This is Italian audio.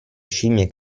scimmie